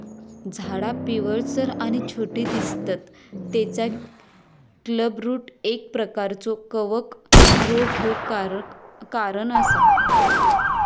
झाडा पिवळसर आणि छोटी दिसतत तेचा क्लबरूट एक प्रकारचो कवक रोग ह्यो कारण असा